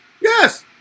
Yes